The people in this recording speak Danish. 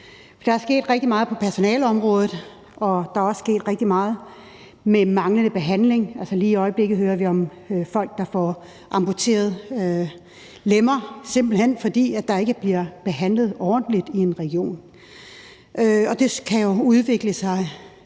Der er sket rigtig meget på personaleområdet, og der er også sket rigtig meget med manglende behandling. Lige i øjeblikket hører vi om folk, der får amputeret lemmer, simpelt hen fordi der ikke bliver behandlet ordentligt i en region. Det kan jo udvikle sig